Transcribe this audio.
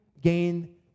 gain